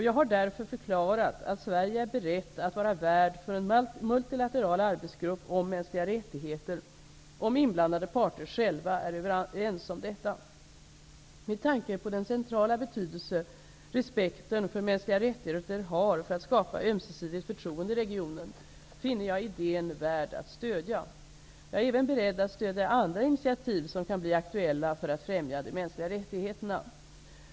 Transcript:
Jag har därför förklarat att Sverige är berett att vara värd för en multilateral arbetsgrupp om mänskliga rättigheter, om inblandade parter själva är överens om detta. Med tanke på den centrala betydelse respekten för mänskliga rättigheter har för att skapa ömsesidigt förtroende i regionen, finner jag idén värd att stödja. Jag är beredd att även stödja andra initiativ som kan bli aktuella för att främja de mänskliga rättigheterna.